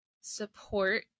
support